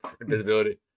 invisibility